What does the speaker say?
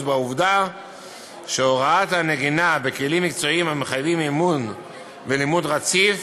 בעובדה שהוראת הנגינה בכלים מקצועיים המחייבים אימון ולימוד רציף